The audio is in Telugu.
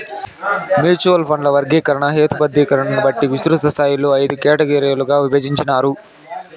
మ్యూచువల్ ఫండ్ల వర్గీకరణ, హేతబద్ధీకరణని బట్టి విస్తృతస్థాయిలో అయిదు కేటగిరీలుగా ఇభజించినారు